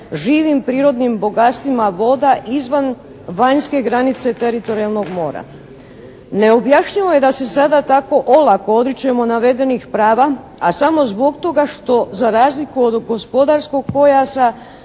živim prirodnim bogatstvima voda izvan vanjske granice teritorijalnog mora. Neobjašnjivo je da se sada tako olako odričemo navedenih prava a samo zbog toga što za razliku od gospodarskog pojasa